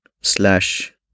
slash